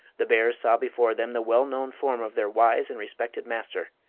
the bears saw before them the well-known form of their wise and respected master,